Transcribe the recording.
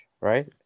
right